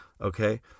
okay